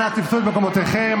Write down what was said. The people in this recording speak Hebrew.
אנא תפסו את מקומותיכם,